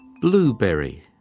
blueberry